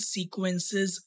Sequences